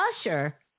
Usher